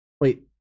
Wait